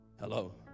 Hello